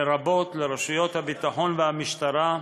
לרבות לרשויות הביטחון והמשטרה,